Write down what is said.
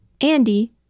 Andy